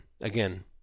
Again